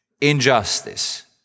injustice